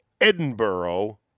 Edinburgh